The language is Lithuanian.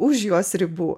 už jos ribų